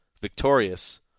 victorious